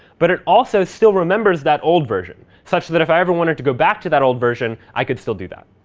but it also still remembers that old version. such that if i ever wanted to go back to that old version, i could still do that.